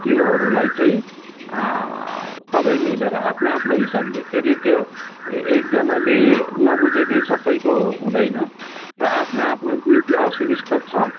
त्योहरूलाई चाहिँ सबै मिलेर आफ्नो आफ्नो हिसाबले फेरि त्यो एकजनाले नबुजेकै सबैको हुँदैन र आफ्नो आफ्नो जुन चाहिँ असुबिस्ता छ